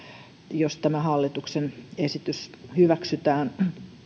jos tämä hallituksen esitys hyväksytään